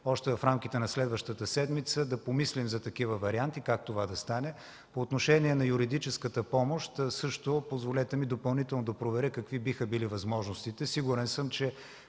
още в рамките на следващата седмица да помислим за такива варианти – как това да стане. По отношение на юридическата помощ, също ми позволете допълнително да проверя какви биха били възможностите. Сигурен съм, че